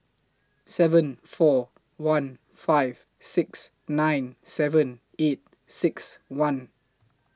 seven four one five six nine seven eight six one